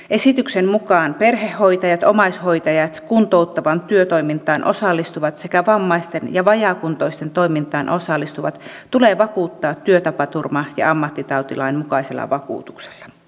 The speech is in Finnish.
esityksen mukaan perhehoitajat omaishoitajat kuntouttavaan työtoimintaan osallistuvat sekä vammaisten ja vajaakuntoisten toimintaan osallistuvat tulee vakuuttaa työtapaturma ja ammattitautilain mukaisella vakuutuksella